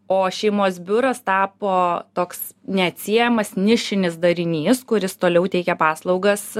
o šeimos biuras tapo toks neatsiejamas nišinis darinys kuris toliau teikia paslaugas